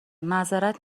معذرت